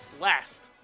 Last